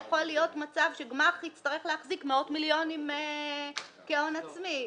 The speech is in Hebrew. יכול להיות מצב שבו גמ"ח יצטרך להחזיק מאות מיליונים כהון עצמי.